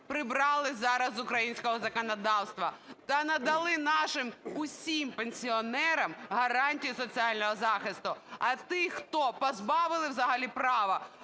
прибрали зараз з українського законодавства та надали нашим усім пенсіонерам гарантії соціального захисту. А тих, кого позбавили взагалі права,